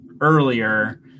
earlier